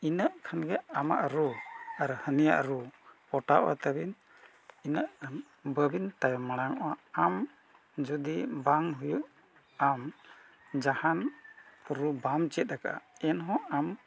ᱤᱱᱟᱹᱜ ᱠᱷᱟᱱ ᱜᱮ ᱟᱢᱟᱜ ᱨᱩ ᱟᱨ ᱦᱟᱹᱱᱤᱭᱟᱜ ᱨᱩ ᱯᱚᱴᱟᱣ ᱟᱛᱟᱵᱤᱱ ᱤᱱᱟᱹᱠᱷᱟᱱ ᱵᱟᱹᱵᱤᱱ ᱛᱟᱭᱚᱢ ᱢᱟᱲᱟᱝᱚᱜᱼᱟ ᱟᱢ ᱡᱩᱫᱤ ᱵᱟᱢ ᱦᱩᱭᱩᱜ ᱟᱢ ᱡᱟᱦᱟᱱ ᱨᱩ ᱵᱟᱢ ᱪᱮᱫ ᱟᱠᱟᱜᱼᱟ ᱮᱱᱦᱚᱸ ᱟᱢ